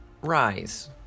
Rise